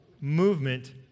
movement